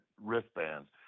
wristbands